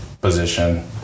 position